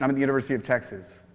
um the university of texas,